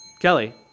Kelly